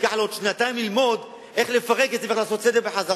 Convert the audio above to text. הוא יצטרך עוד שנתיים ללמוד איך לפרק את זה ולעשות סדר בחזרה.